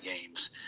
games